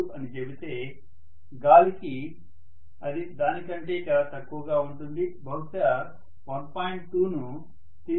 2 అని చెబితే గాలికి అది దాని కంటే చాలా తక్కువగా ఉంటుంది బహుశా 1